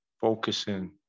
focusing